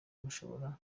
mushobora